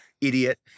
idiot